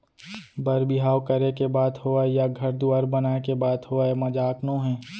बर बिहाव करे के बात होवय या घर दुवार बनाए के बात होवय मजाक नोहे